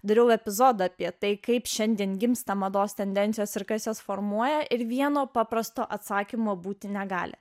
dariau epizodą apie tai kaip šiandien gimsta mados tendencijos ir kas jos formuoja ir vieno paprasto atsakymo būti negali